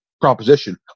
proposition